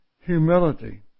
Humility